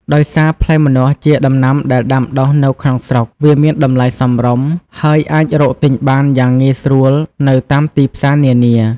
ដោយសារផ្លែម្នាស់ជាដំណាំដែលដាំដុះនៅក្នុងស្រុក វាមានតម្លៃសមរម្យ ហើយអាចរកទិញបានយ៉ាងងាយស្រួលនៅតាមទីផ្សារនានា។